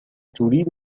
تريد